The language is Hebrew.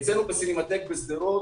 אצלנו בסינמטק בשדרות